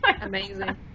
Amazing